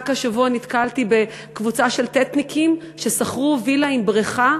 רק השבוע נתקלתי בקבוצה של ט"יתניקים ששכרו וילה עם בריכה,